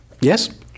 Yes